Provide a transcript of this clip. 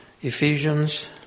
Ephesians